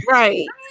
right